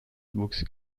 wuchs